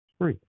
free